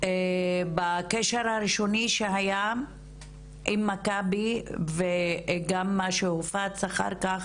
בקשר הראשוני שהיה עם מכבי וגם מה שהופץ אחר-כך,